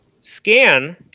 scan